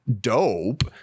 dope